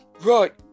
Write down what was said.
Right